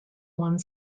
one